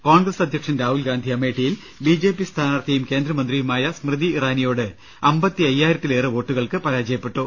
കോൺഗ്രസ് അധ്യ ക്ഷൻ രാഹുൽ ഗാന്ധി അമേഠിയിൽ ബി ജെ പി സ്ഥാനാർത്ഥിയും കേന്ദ്രമന്ത്രിയു മായ സ്മൃതി ഇറാനിയോട് അമ്പത്തയ്യായിരത്തിലേറെ വോട്ടുകൾക്ക് പരാജയപ്പെ ട്ടു